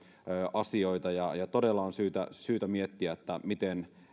asioita todella on syytä syytä miettiä miten